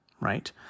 right